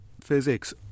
physics